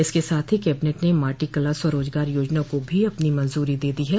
इसके साथ ही कैबिनेट ने माटी कला स्वरोजगार योजना को भी अपनी मंजूरी दे दी है